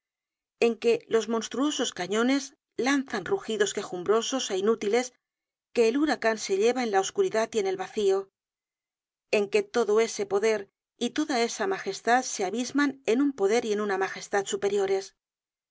en que los monstruosos cañones lanzan rugidos quejumbrosos é inútiles que el huracan se lleva en la oscuridad y en el vacío en que todo ese poder y toda esa magestad se abisman en un poder y en una magestad superiores